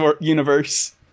universe